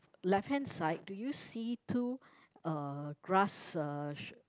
left hand side do you see two uh grass uh